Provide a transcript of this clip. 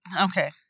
Okay